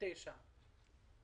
הממשלה מ-2003,2006,2007,2008,2009.